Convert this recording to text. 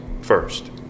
first